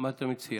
מה אתה מציע?